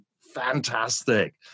fantastic